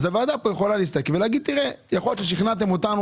אז הוועדה תוכל להסתכל ולהגיד: יכול להיות ששכנעתם אותנו